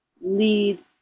lead